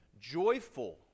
Joyful